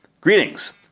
Greetings